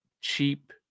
cheap